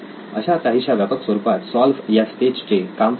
अशा काहीशा व्यापक स्वरूपात सॉल्व्ह या स्टेज चे काम चालते